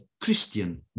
Christian